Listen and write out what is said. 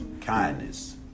kindness